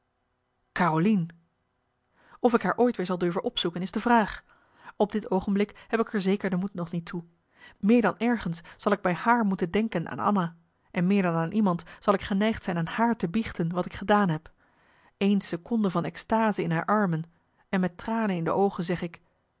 carolien of ik haar ooit weer zal durven opzoeken is de vraag op dit oogenblik heb ik er zeker de moed nog niet toe meer dan ergens zal ik bij haar moeten denken aan anna en meer dan aan iemand zal ik geneigd zijn aan haar te biechten wat ik gedaan heb eén seconde van extase in haar armen en met tranen in de oogen zeg ik